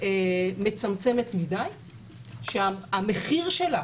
מצמצמת מדי שהמחיר שלה